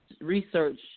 Research